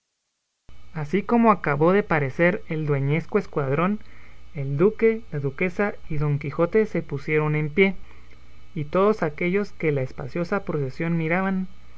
así como acabó de parecer el dueñesco escuadrón el duque la duquesa y don quijote se pusieron en pie y todos aquellos que la espaciosa procesión miraban